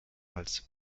als